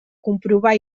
comprovar